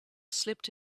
slipped